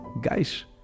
Guys